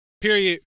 Period